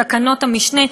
ותקנות המשנה.